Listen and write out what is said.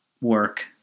work